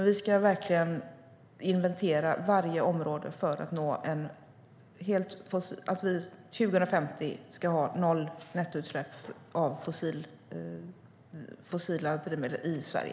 Vi ska verkligen inventera varje område för att vi 2050 ska ha noll fossila utsläpp i Sverige.